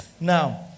Now